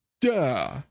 Duh